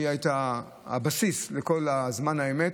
שהייתה הבסיס לכל זמן אמת,